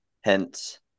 Hence